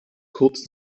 kurz